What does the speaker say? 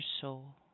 soul